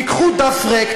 קחו דף ריק,